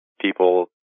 people